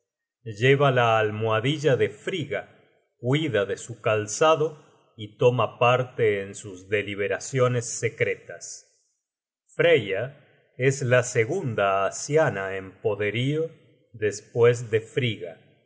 lleva la almohadilla de frigga cuida de su calzado y toma parte en sus deliberaciones secretas freya es la segunda asiana en poderío despues de frigga